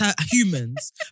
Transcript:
humans